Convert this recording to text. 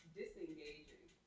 disengaging